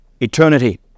eternity